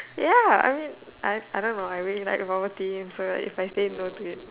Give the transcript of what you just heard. ya I mean I I don't know I really like bubble tea and so if I say no to it